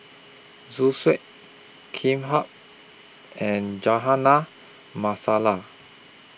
Zosui and Masala